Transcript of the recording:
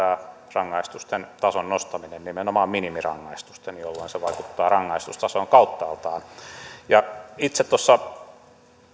rangaistusten tason nostaminen nimenomaan minimirangaistusten jolloin se vaikuttaa rangaistustasoon kauttaaltaan itse